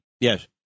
Yes